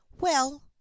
Well